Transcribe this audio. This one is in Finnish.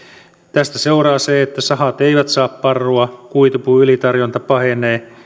tästä seuraa se että sahat eivät saa parrua kuitupuun ylitarjonta pahenee